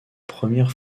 premières